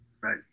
Right